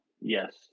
Yes